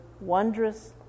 wondrous